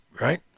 right